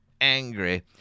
angry